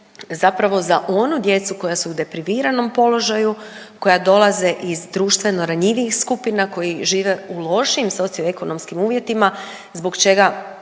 zapravo za onu djecu koja su depriviranom položaju, koja dolaze iz društveno ranjivijih skupina koji žive u lošijim socioekonomskim uvjetima zbog čega